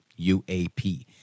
UAP